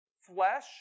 flesh